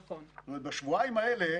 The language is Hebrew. זאת אומרת, בשבועיים האלה